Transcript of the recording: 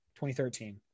2013